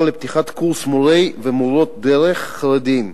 לפתיחת קורס למורים ומורות דרך חרדים,